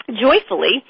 joyfully